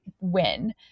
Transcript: win